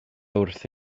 wrth